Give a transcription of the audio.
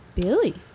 Billy